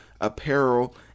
apparel